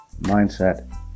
mindset